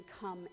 come